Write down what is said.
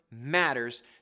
matters